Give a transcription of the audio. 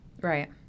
Right